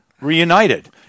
reunited